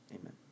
amen